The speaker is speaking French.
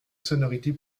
sonorités